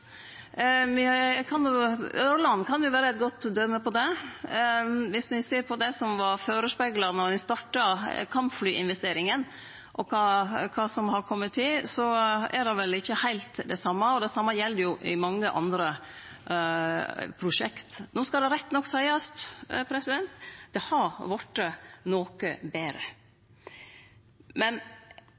Ørland kan vere eit godt døme på det. Viss me ser på det som var førespegla då ein starta kampflyinvesteringa, og kva som har kome til, er det vel ikkje heilt det same – og det same gjeld i mange andre prosjekt. No skal det rett nok seiast at det har vorte noko betre. Men